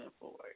forward